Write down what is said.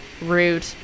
rude